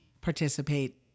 participate